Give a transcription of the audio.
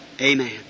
Amen